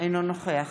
אינו נוכח